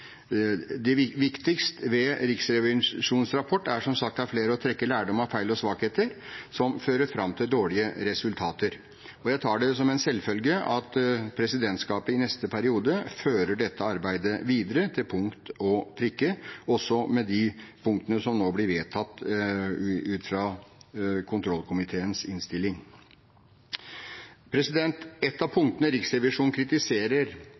fra Riksrevisjonen. Det viktigste ved Riksrevisjonens rapporter er, som sagt av flere, å trekke lærdom av feil og svakheter som fører fram til dårlige resultater. Jeg tar det som en selvfølge at presidentskapet i neste periode fører dette arbeidet videre, til punkt og prikke, også med hensyn til de punktene som nå blir vedtatt på bakgrunn av kontrollkomiteens innstilling. Ett av punktene Riksrevisjonen kritiserer,